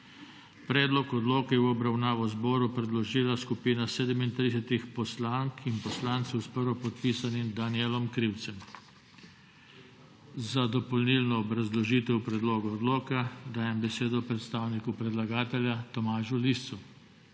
Predlog odloka je v obravnavo zboru predložila skupina 37 poslank in poslancev s prvo podpisanim Danijelom Krivcem. Za dopolnilno obrazložitev predloga odlika dajem besedo predstavniku predlagatelja Tomažu Liscu.